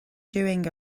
doing